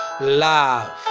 love